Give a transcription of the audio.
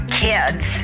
kids